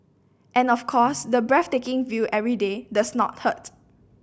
and of course the breathtaking view every day does not hurt